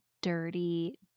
dirty